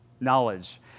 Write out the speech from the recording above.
knowledge